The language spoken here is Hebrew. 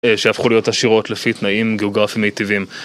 שהפכו להיות עשירות לפי תנאים גיאוגרפיים מיטיביים.